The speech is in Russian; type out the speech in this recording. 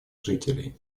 жителей